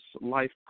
Life